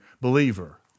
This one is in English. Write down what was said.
believer